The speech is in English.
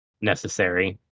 necessary